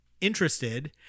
interested